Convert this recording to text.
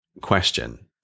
question